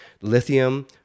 lithium